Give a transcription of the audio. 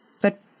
But